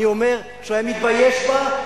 אני אומר שהוא היה מתבייש בה,